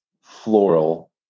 floral